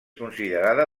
considerada